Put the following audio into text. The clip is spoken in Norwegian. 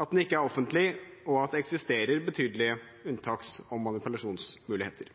at den ikke er offentlig, og at det eksisterer betydelige unntaks- og manipulasjonsmuligheter.